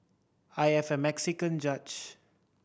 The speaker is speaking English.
I have a Mexican judge